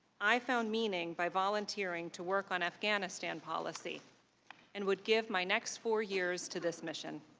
i found meaning by volunteering to work on afghanistan policy and would give my next four years to this mission.